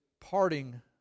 parting